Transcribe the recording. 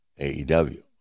AEW